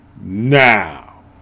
Now